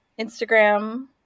instagram